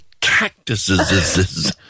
cactuses